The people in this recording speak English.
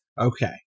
okay